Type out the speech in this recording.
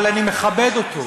אבל אני מכבד אותו.